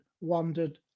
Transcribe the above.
wandered